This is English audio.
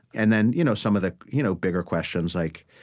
and then you know some of the you know bigger questions, like,